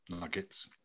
nuggets